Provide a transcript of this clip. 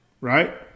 right